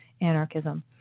anarchism